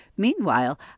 Meanwhile